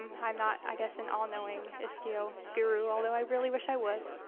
um i'm not, i guess, and all-knowing istio guru, although i really wish i was.